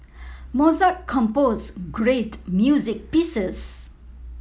Mozart composed great music pieces